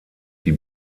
die